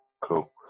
Cool